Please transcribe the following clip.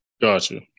Gotcha